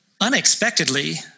unexpectedly